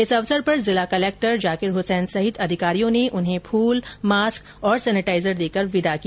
इस अवसर पर जिला कलेक्टर जाकिर हुसैन सहित अधिकांरियों ने उन्हें फूल मास्क और सैनेटाइजर देकर विदा किया